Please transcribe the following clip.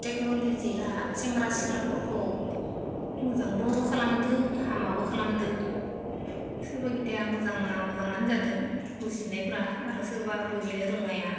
टेकन'ल'जिआ सेंग्रा सिख्लाफोरखौ मोजांबो खालामदों हामाबो खालामदों सोरबा बायदिया मोजांआ मोजांआनो जादों बुजिनायफ्रा आरो सोरबा बुजिनो रोङैआ